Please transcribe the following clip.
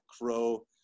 Crow